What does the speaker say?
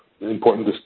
important